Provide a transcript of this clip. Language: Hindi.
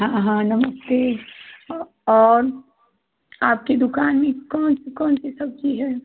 हाँ हाँ नमस्ते और आपकी दुक़ान में कौन कौन सी सब्ज़ी है